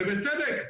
ובצדק,